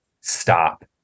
stop